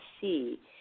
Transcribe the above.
see